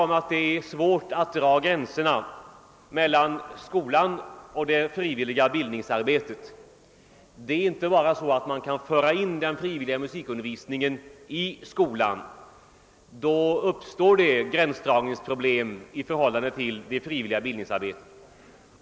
Man kan inte utan vidare inordna den frivilliga musikundervisningen i det allmänna skolväsendet, eftersom det då bl.a. uppstår svårigheter att dra upp gränser mellan skolan och det frivilliga bildninsarbetet.